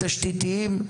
תשתיתיים,